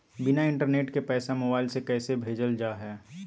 बिना इंटरनेट के पैसा मोबाइल से कैसे भेजल जा है?